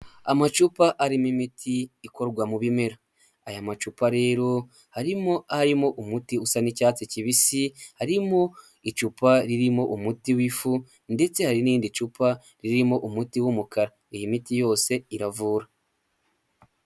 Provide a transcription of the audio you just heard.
Amacupa arimo imiti ikorwa mu bimera. Aya macupa rero harimo arimo umuti usa n'icyatsi kibisi, harimo icupa ririmo umuti w'ifu ndetse hari n'irindi cupa ririmo umuti w'umukara. Iyi miti yose iravura.